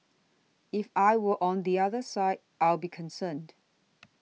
if I were on the other side I'd be concerned